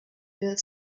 build